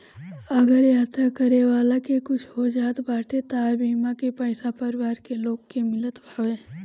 अगर यात्रा करे वाला के कुछु हो जात बाटे तअ बीमा के पईसा परिवार के लोग के मिलत हवे